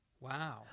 Wow